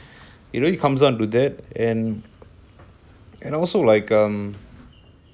it really comes down to that and also like um